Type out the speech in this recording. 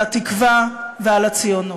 על התקווה ועל הציונות.